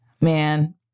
man